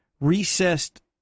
recessed